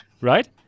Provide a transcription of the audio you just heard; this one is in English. right